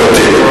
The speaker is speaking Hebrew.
יידיש ספרותית.